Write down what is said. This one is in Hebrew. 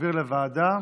ונעביר לוועדה.